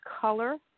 color